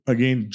Again